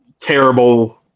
terrible